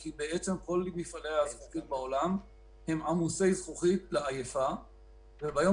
כי בעצם כל מפעלי הזכוכית בעולם הם עמוסי זכוכית לעייפה וביום